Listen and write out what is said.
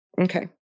Okay